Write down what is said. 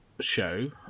show